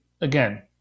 again